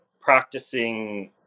practicing